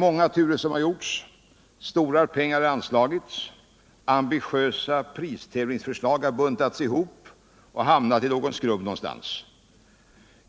Många turer har gjorts, stora pengar har anslagits, ambitiösa pristävlingsförslag har buntats ihop och hamnat i någon skrubb någonstans.